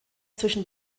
zwischen